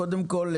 קודם כל,